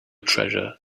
treasure